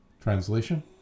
Translation